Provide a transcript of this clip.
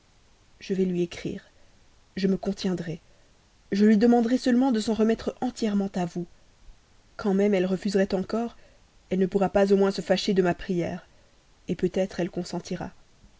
je vas lui écrire je me contiendrai je lui demanderai seulement de s'en remettre entièrement à vous quand même elle refuserait encore elle ne pourra pas au moins se fâcher de ma prière peut-être elle consentira